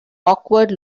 awkward